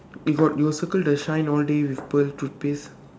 you got you got circle the shine all day with pearl toothpaste